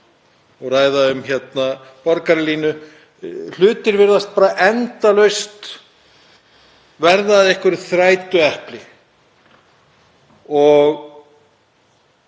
umræðu um borgarlínu. Hlutir virðast bara endalaust verða að þrætuepli og